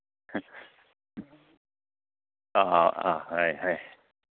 ꯑ ꯑ ꯍꯣꯏ ꯍꯣꯏ